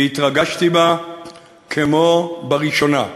והתרגשתי בה כמו בראשונה.